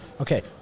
Okay